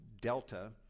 Delta